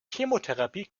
chemotherapie